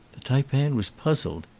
the taipan was puz zled.